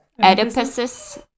Oedipus